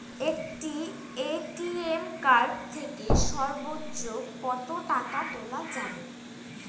একটি ATM card থেকে সর্বোচ্চ কত টাকা তোলা যাবে?